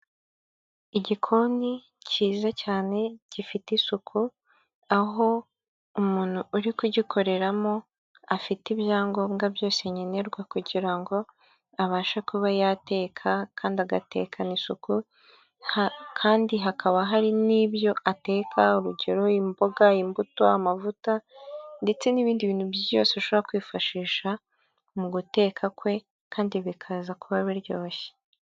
Igikoni cyiza cyane gifite isuku, aho umuntu uri kugikoreramo ,afite ibyangombwa byose nkenerwa kugira ngo abashe kuba yateka kandi agatekana isuku, kandi hakaba hari n'ibyo ateka urugero imboga, imbuto, amavuta ndetse n'ibindi bintu byose ashobora kwifashisha mu guteka kwe kandi bikaza kuba biryoshye.